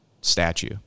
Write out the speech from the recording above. statue